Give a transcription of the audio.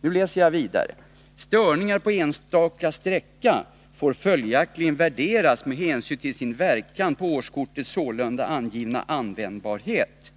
Nu läser jag vidare ur brevet: ”Störningar på en enstaka sträcka får följaktligen värderas med hänsyn till sin verkan på årskortets sålunda angivna användbarhet.